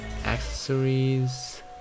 accessories